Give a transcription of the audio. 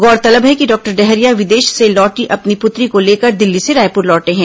गौरतलब है कि डॉक्टर डहरिया विदेश से लौटी अपनी पुत्री को लेकर दिल्ली से रायपुर लौटे हैं